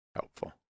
Helpful